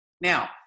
Now